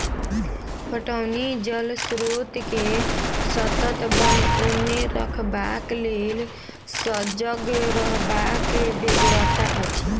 पटौनी जल स्रोत के सतत बनओने रखबाक लेल सजग रहबाक बेगरता अछि